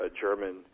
German